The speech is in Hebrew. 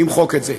נמחק את זה.